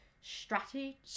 strategy